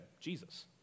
Jesus